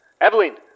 Evelyn